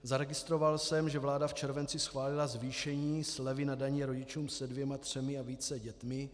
Zaregistroval jsem, že vláda v červenci schválila zvýšení slevy na dani rodičům se dvěma, třemi a více dětmi.